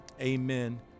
Amen